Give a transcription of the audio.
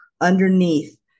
underneath